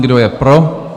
Kdo je pro?